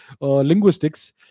linguistics